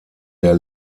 der